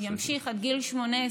ימשיך עד גיל 18,